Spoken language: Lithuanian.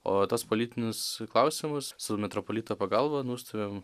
o tuos politinius klausimus su metropolito pagalba nustumiam